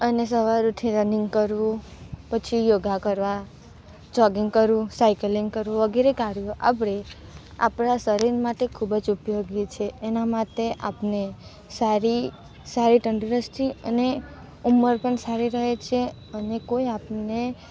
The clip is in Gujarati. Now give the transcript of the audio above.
અને સવાર ઉઠી રનિંગ કરવું પછી યોગા કરવા જોગિંગ કરવું સાયકલિંગ કરવું વગેરે કર્યો આપણે આપણાં શરીર માટે ખૂબ જ ઉપયોગી છે એના માટે આપને સારી સારી તંદુરસ્તી અને ઉંમર પણ સારી રહે છે અને કોઈ આપને